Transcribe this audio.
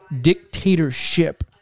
dictatorship